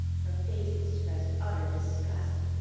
her face expressed utter disgust.